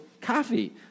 coffee